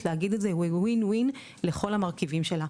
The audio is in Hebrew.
להגיד את זה WIN-WIN לכל המרכיבים שלה,